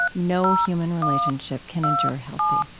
no human relationship can endure healthily.